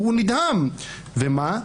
ומה?